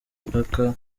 mipaka